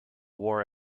war